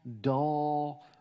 dull